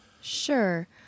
Sure